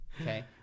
Okay